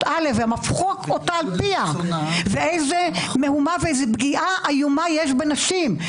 אחת והם הפכו אותה על פיה ואיזו מהומה ופגיעה איומה יש בנשים.